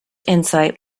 insight